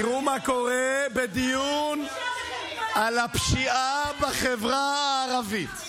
תראו מה קורה בדיון על הפשיעה בחברה הערבית.